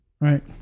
right